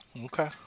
Okay